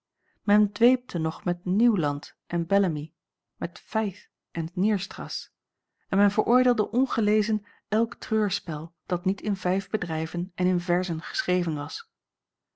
men dweepte nog met nieuwland en bellamy met feith en nierstrasz en men veroordeelde ongelezen elk treurspel dat niet in vijf bedrijven en in verzen geschreven was